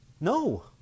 No